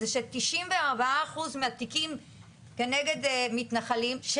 ש-94% מהתיקים כנגד מתנחלים,